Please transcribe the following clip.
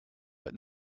but